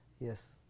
Yes